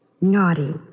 Naughty